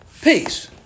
Peace